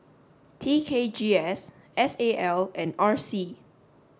T K G S S A L and R C